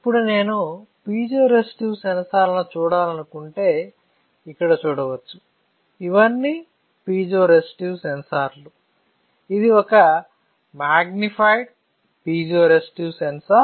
ఇప్పుడు నేను పీజోరెసిస్టివ్ సెన్సార్లను చూడాలనుకుంటే ఇక్కడ చూడవచ్చు ఇవన్నీ పీజోరెసిస్టివ్ సెన్సార్లు ఇది ఒక మాగ్నిఫైడ్ పిజోరేసిటివ్ సెన్సార్